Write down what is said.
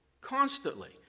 constantly